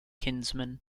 kinsman